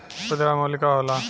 खुदरा मूल्य का होला?